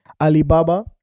Alibaba